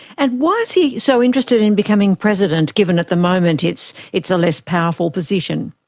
and why is he so interested in becoming president, given at the moment it's it's a less powerful position?